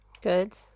good